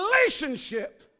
relationship